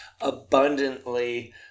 abundantly